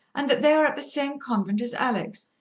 and that they are at the same convent as alex.